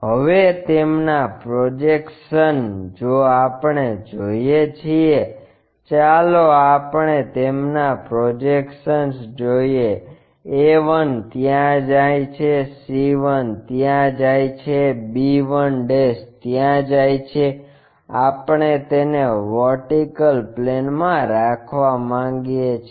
હવે તેમના પ્રોજેક્શન જો આપણે જોઈએ છીએ ચાલો આપણે તેમના પ્રોજેક્શન જોઈએ a1 ત્યાં જાય છે c 1 ત્યાં જાય છે b 1 ત્યાં જાય છે આપણે તેને વર્ટિકલ પ્લેનમાં રાખવા માંગીએ છીએ